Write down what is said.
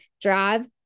drive